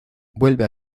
vuelve